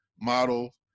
model